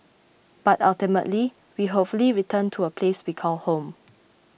but ultimately we hopefully return to a place we call home